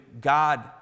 God